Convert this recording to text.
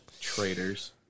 Traitors